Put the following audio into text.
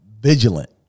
vigilant